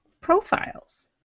profiles